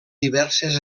diverses